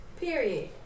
Period